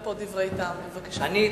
אני,